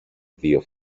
δύο